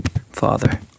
Father